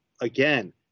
again